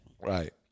Right